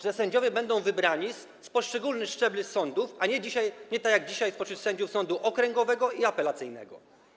że sędziowie będą wybrani z poszczególnych szczebli sądów, a nie, tak jak dzisiaj, spośród sędziów sądu okręgowego i apelacyjnego?